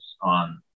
on